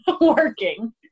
Working